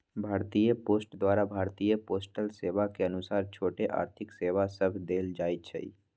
भारतीय पोस्ट द्वारा भारतीय पोस्टल सेवा के अनुसार छोट आर्थिक सेवा सभ देल जाइ छइ